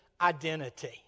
identity